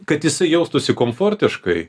kad jisai jaustųsi komfortiškai